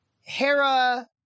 Hera